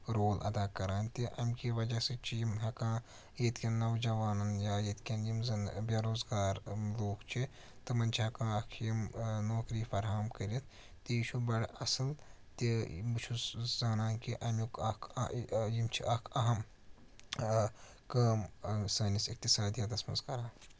role اَدا کران تہِ امہِ کہِ وجہ سۭتۍ چھِ یِم ہٮ۪کان ییٚتہِ کٮ۪ن نوجوانَن یا ییٚتہِ کٮ۪ن یِم زَن بے روزگار لوٗکھ چھِ تٕمَن چھِ ہٮ۪کان اَکھ یِم نوکری فَرہَم کٔرِتھ تہٕ یہِ چھُ بَڑٕ اَصٕل تہِ بہٕ چھُس زانان کہِ اَمیُک اَکھ یِم چھِ اکھ اَہم کٲم سٲنِس اِختصادِیاتَس منٛز کَران